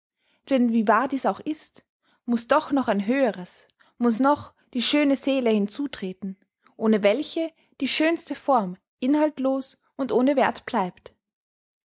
denn wie wahr dies auch ist muß doch noch ein höheres muß noch die schöne seele hinzutreten ohne welche die schönste form inhaltlos und ohne werth bleibt